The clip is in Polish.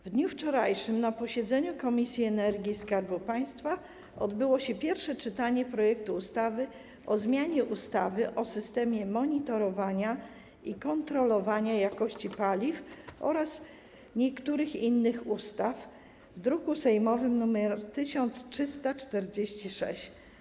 W dniu wczorajszym na posiedzeniu komisji energii i Skarbu Państwa odbyło się pierwsze czytanie projektu ustawy o zmianie ustawy o systemie monitorowania i kontrolowania jakości paliw oraz niektórych innych ustaw, druk sejmowy nr 1346.